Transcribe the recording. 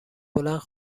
بلند